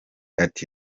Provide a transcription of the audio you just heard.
ati